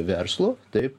verslo taip